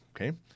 Okay